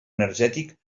energètic